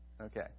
Okay